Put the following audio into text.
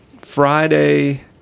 Friday